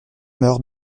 meurt